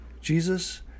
Jesus